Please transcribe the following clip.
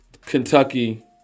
Kentucky